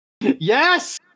Yes